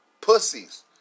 Pussies